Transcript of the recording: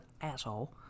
asshole